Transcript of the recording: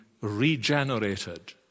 regenerated